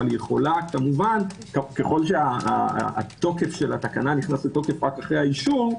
אבל ככל שהתוקף של התקנה נכנס לתוקף אחרי האישור,